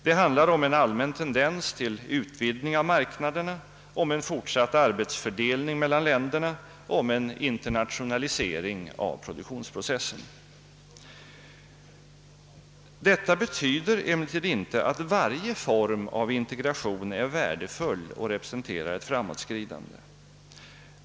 Det handlar om en allmän tendens till utvidgning av marknaderna, en fortsatt arbetsfördelning mellan länderna och en internationalisering av produktionsprocessen. Detta betyder emellertid inte att varje form av integration är värdefull och representerar ett framåtskridande.